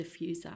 diffuser